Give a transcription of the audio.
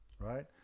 Right